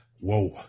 Whoa